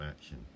action